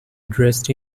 dressed